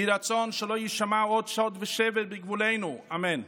יהי רצון שלא יישמע עוד שוד ושבר בגבולנו, אמן.